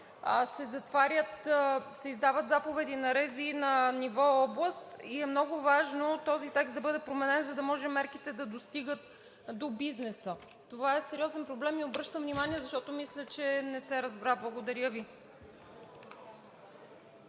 че в момента се издават заповеди на РЗИ на ниво област и е много важно този текст да бъде променен, за да може мерките да достигат до бизнеса. Това е сериозен проблем и обръщам внимание, защото мисля, че не се разбра. Благодаря Ви.